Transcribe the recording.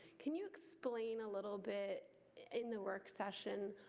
can you explain a little bit in the work session